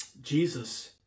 Jesus